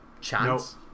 chance